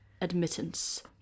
admittance